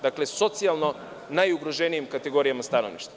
Dakle, radi se o socijalno najugroženijim kategorijama stanovništva.